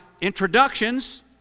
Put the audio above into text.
introductions